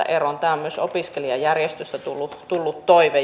tämä on myös opiskelijajärjestöistä tullut toive